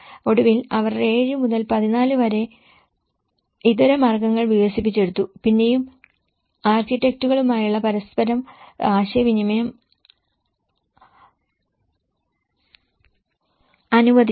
ഒടുവിൽ അവർ 7 മുതൽ 8 വരെ ഇതരമാർഗങ്ങൾ വികസിപ്പിച്ചെടുത്തു പിന്നെയും ആർക്കിടെക്റ്റുകളുമായുള്ള പരസ്പരം ആശയവിനിമയം അനുവദിച്ചു